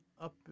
up